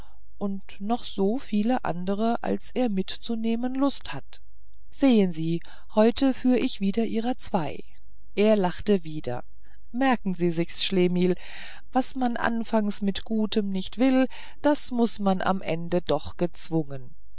und noch so viele andere als er mit zu nehmen lust hat sehen sie heute führ ich wieder ihrer zwei er lachte wieder merken sie sich's schlemihl was man anfangs mit gutem nicht will das muß man am ende doch gezwungen